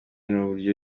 n’uburyo